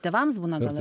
tėvams būna gal